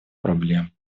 проблем